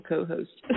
co-host